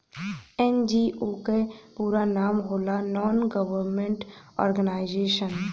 NGO क पूरा नाम होला नान गवर्नमेंट और्गेनाइजेशन